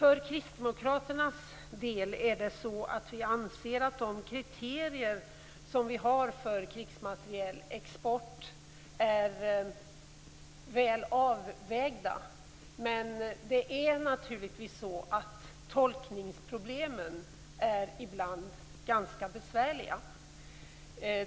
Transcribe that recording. Vi kristdemokrater anser att de kriterier som vi har för krigsmaterielexport är väl avvägda, men naturligtvis är tolkningsproblemen ibland ganska besvärliga.